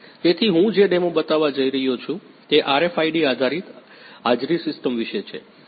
તેથી હું જે ડેમો બતાવવા જઈ રહ્યો છું તે RFID આધારિત હાજરી સિસ્ટમ વિશે છે